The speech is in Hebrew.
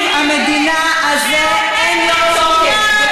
המילה הזאת יותר מדי פופולרית